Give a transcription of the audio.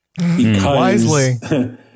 Wisely